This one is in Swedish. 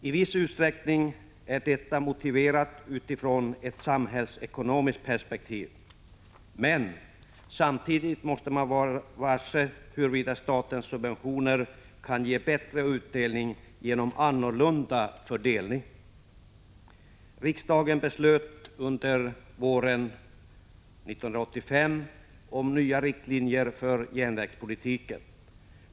I viss utsträckning är detta motiverat utifrån ett samhällsekonomiskt perspektiv, men samtidigt måste man fundera över huruvida statens subventioner kan ge bättre utdelning genom en annan fördelning. Riksdagen beslöt under våren 1985 om nya riktlinjer för järnvägspolitiken.